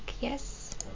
yes